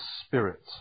spirit